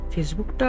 Facebook